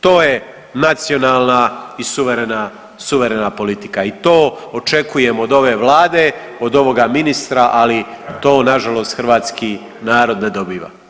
To je nacionalna i suverena, suverena politika i to očekujem od ove vlade, od ovoga ministra, ali to nažalost hrvatski narod ne dobiva.